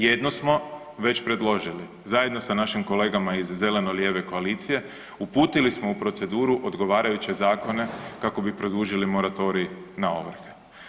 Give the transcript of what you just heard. Jedno smo već predložili zajedno sa našim kolegama iz zeleno-lijeve koalicije, uputili smo u proceduru odgovarajuće zakone kako bi produžili moratorij na ovrhe.